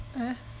ah